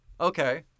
Okay